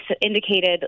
indicated